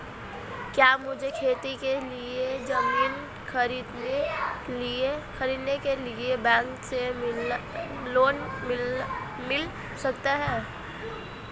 क्या मुझे खेती के लिए ज़मीन खरीदने के लिए बैंक से लोन मिल सकता है?